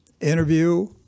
interview